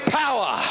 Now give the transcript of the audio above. power